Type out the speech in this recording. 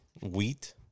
Wheat